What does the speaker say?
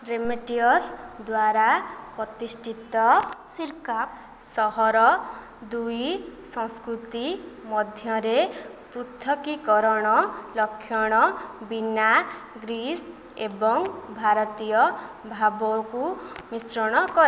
Demetrius ଦ୍ୱାରା ପ୍ରତିଷ୍ଠିତ ସିର୍କାପ୍ ସହର ଦୁଇ ସଂସ୍କୃତି ମଧ୍ୟରେ ପୃଥକୀକରଣ ଲକ୍ଷଣ ବିନା ଗ୍ରୀସ୍ ଏବଂ ଭାରତୀୟ ଭାବକୁ ମିଶ୍ରଣ କରେ